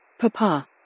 Papa